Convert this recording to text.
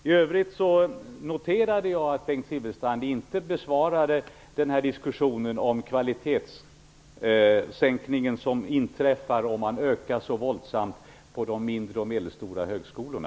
I övrigt noterade jag att Bengt Silfverstrand inte svarade på frågan om den kvalitetsänkning som inträffar om det blir en så våldsam ökning på de mindre och medelstora högskolorna.